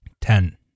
Ten